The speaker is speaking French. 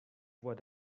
voies